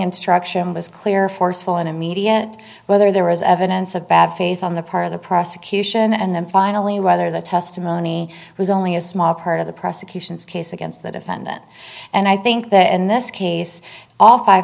instruction was clear forceful and immediate whether there was evidence of bad faith on the part of the prosecution and then finally whether the testimony was only a small part of the prosecution's case against the defendant and i think that in this case all five